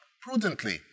prudently